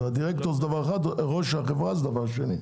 דירקטור זה דבר אחד וראש חברה זה דבר אחר.